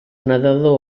nedador